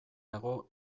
dago